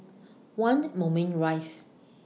one Moulmein Rise